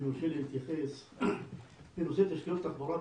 אני רוצה להתייחס לנושא תשתיות תחבורה.